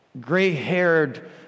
gray-haired